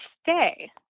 stay